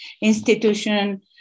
institution